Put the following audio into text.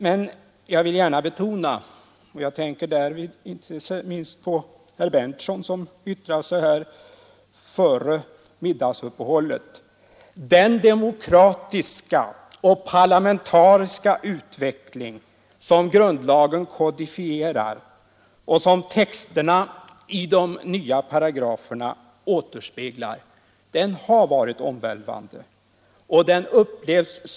Men vad jag gärna vill betona jag tänker därvid inte minst på vad herr Berndtson i Linköping yttrade här före middagsuppehållet — är att den demokratiska och parlamentariska utveckling som grundlagen kodifierar och som 5 juni 1973 gare. Det gäller nu att förankra denna grundlag i vår demokrati.